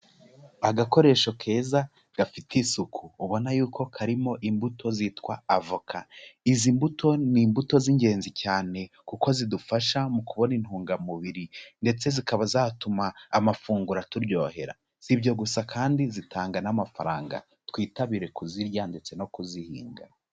Agakoresho keza gafite isuku ubona yuko karimo imbuto zitwa avoka, izi mbuto ni imbuto z'ingenzi cyane kuko zidufasha mu kubona intungamubiri ndetse zikaba zatuma amafunguro aturyohera, si ibyo gusa kandi zitanga n'amafaranga, twitabire kuzirya ndetse no kuzihinga.